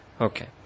Okay